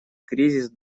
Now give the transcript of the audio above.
кризис